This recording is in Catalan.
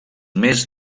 més